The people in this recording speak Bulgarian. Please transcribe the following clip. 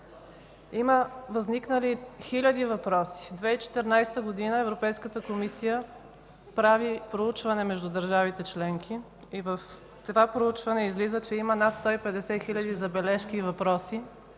Има възникнали хиляди въпроси. През 2014 г. Европейската комисия прави проучване между държавите членки и в това проучване излиза, че има над 150 хиляди забележки и въпроси